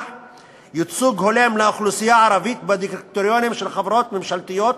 ייצוג הולם לאוכלוסייה הערבית בדירקטוריונים של חברות ממשלתיות,